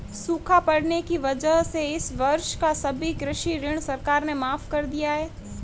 सूखा पड़ने की वजह से इस वर्ष का सभी कृषि ऋण सरकार ने माफ़ कर दिया है